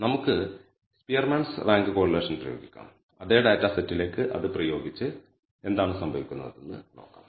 നമുക്ക് Spearman's rank correlation പ്രയോഗിക്കാം അതേ ഡാറ്റാ സെറ്റിലേക്ക് അത് പ്രയോഗിച്ച് എന്താണ് സംഭവിക്കുന്നതെന്ന് നോക്കാം